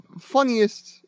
funniest